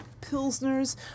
pilsners